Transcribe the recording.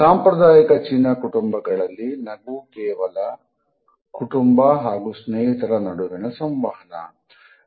ಸಾಂಪ್ರದಾಯಿಕ ಚೀನಾ ಕುಟುಂಬಗಳಲ್ಲಿ ನಗು ಕೇವಲ ಕುಟುಂಬ ಹಾಗೂ ಸ್ನೇಹಿತರ ನಡುವಿನ ಸಂವಹನ